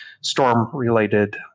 storm-related